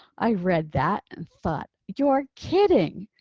i read that and thought. you're kidding.